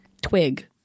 twig